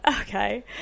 Okay